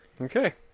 Okay